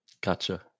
Gotcha